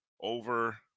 over